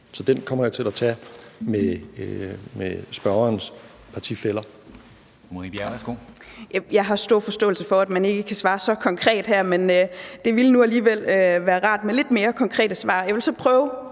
Så den kommer jeg til at tage med spørgerens partifæller.